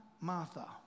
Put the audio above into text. Martha